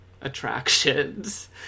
attractions